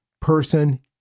person